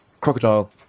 crocodile